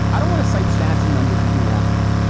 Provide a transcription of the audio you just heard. i don't want to cite stats in numbers that you all day.